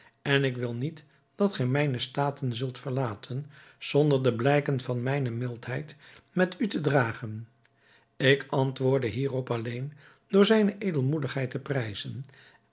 en ik wil niet dat gij mijne staten zult verlaten zonder de blijken van mijne mildheid met u te dragen ik antwoordde hierop alleen door zijne edelmoedigheid te prijzen